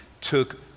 took